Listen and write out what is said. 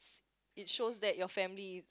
it shows that your family is